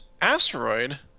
asteroid